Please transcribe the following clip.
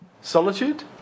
Solitude